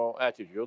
attitude